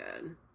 good